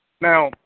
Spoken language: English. Now